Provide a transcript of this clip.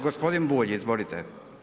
Gospodin Bulj, izvolite.